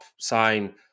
sign